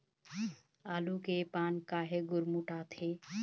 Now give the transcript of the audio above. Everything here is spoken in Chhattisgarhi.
आलू के पान काहे गुरमुटाथे?